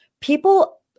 People